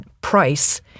price